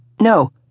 No